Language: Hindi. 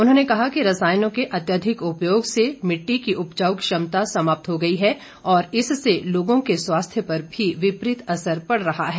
उन्होंने कहा कि रसायनों के अत्यधिक उपयोग से मिट्टी की उपजाउ क्षमता समाप्त हो गई है और इससे लोगों के स्वास्थ्य पर भी विपरीत असर पड़ रहा है